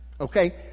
Okay